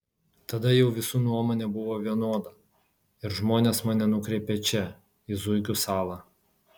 tada jau visų nuomonė buvo vienoda ir žmonės mane nukreipė čia į zuikių salą